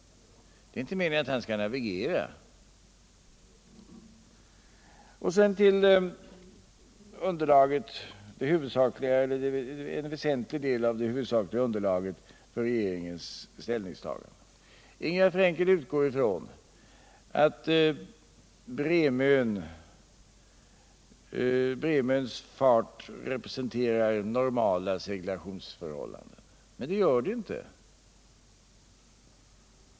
Det är inte meningen att han skall navigera. Sedan till en väsentlig del av underlaget för regeringens ställningstagande. Ingegärd Frankel utgår ifrån att Bremön representerar normala seglationsförhållanden, men så är inte fallet.